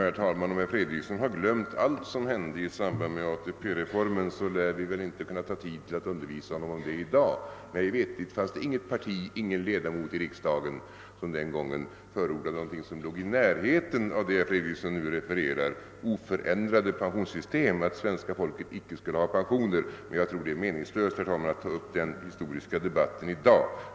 Herr talman! Om herr Fredriksson har glömt allt som hände i samband med ATP-reformen, så lär vi väl inte ha tid att undervisa honom om det i dag. Mig veterligt fanns det inget parti och ingen ledamot av riksdagen som den gången förordade någonting som låg i närheten av det referat som herr Fredriksson nu gav, nämligen att det skulle vara ett oförändrat pensionssystem eller att svenska folket inte skulle ha pension. Men jag tror, herr talman, att det är meningslöst att ta upp den historiska debatten i dag.